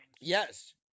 Yes